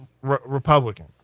Republican